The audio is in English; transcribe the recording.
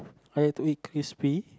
I like to eat crispy